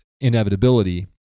inevitability